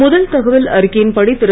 முதல் தகவல் அறிக்கையின்படி திரு